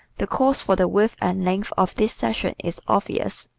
the cause for the width and length of this section is obvious.